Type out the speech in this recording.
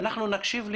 ואנחנו נקשיב לכולם.